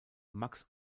max